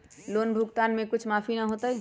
Loan भुगतान में कुछ माफी न होतई?